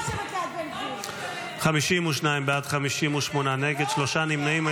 52 בעד, 58 נגד, שלושה נמנעים.